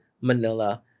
Manila